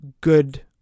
good